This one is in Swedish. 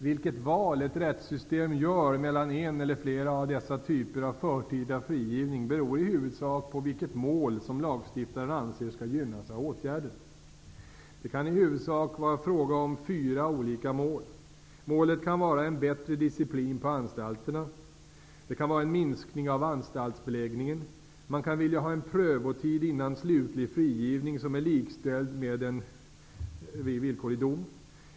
Vilket val ett rättssystem gör mellan en eller flera av dessa typer av förtida frigivning beror i huvudsak på vilket mål som lagstiftaren anser skall gynnas av åtgärden. Det kan i huvudsak vara fråga om fyra olika mål: Målet kan vara en bättre disciplin på anstalterna. Målet kan vara en minskning av anstaltsbeläggningen. Man kan vilja ha en prövotid före slutlig frigivning som är likställd den vid villkorlig dom.